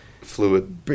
Fluid